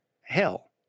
hell